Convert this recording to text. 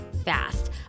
fast